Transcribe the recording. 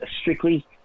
strictly